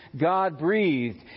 God-breathed